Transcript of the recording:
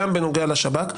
גם בנוגע לשב"כ.